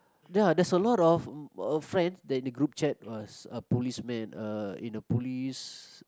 ya there's a lot of uh friends that in the group chat was a policemen uh in a police